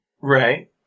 Right